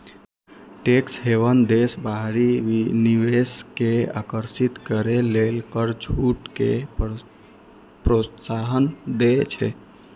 tax haven देश बाहरी निवेश कें आकर्षित करै लेल कर छूट कें प्रोत्साहन दै छै